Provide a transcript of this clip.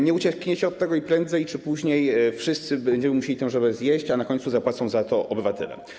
Nie uciekniecie od tego i prędzej czy później wszyscy będziemy musieli tę żabę zjeść, a na końcu zapłacą za to obywatele.